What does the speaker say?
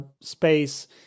space